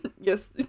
Yes